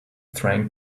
trying